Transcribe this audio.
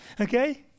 okay